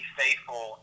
faithful